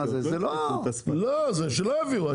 שלא יביאו נתונים,